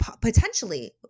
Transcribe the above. potentially